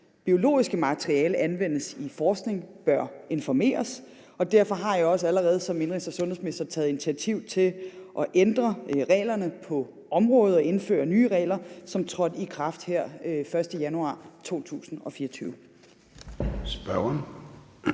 biologiske materiale anvendes i forskning, bør informeres, og derfor har jeg også allerede som indenrigs- og sundhedsminister taget initiativ til at ændre reglerne på området og indføre nye regler, som trådte i kraft her den 1. januar 2024.